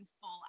full